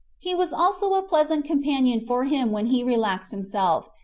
he was also a pleasant companion for him when he relaxed himself,